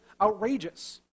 outrageous